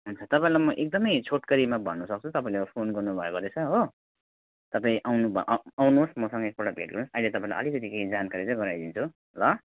हुन्छ तपाईँलाई म एकदम छोटकारीमा भन्नु सक्छु तपाईँले अब फोन गर्नु भएको रहेछ हो तपाईँ आउने भए आउनु होस् मसँग एक पल्ट भेट गर्नु होस् अहिले तपाईँलाई अलिकति केही जानकारी चाहिँ गराइदिन्छु ल